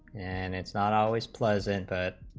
and it's not always pleasant but